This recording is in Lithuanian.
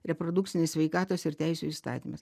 reprodukcinės sveikatos ir teisių įstatymas